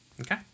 Okay